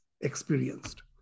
experienced